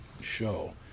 show